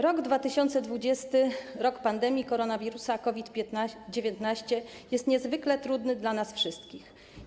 Rok 2020, rok pandemii koronawirusa COVID-19, jest niezwykle trudny dla nas wszystkich.